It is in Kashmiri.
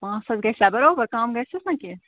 پانٛژھ ساس گژھِ سا برابَر کم گژھیٚس نہ کیٚنہہ